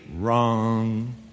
Wrong